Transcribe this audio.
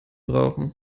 brauchen